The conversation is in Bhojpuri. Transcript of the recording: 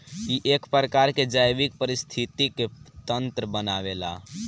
इ एक प्रकार के जैविक परिस्थितिक तंत्र बनावेला